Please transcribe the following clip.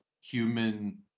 human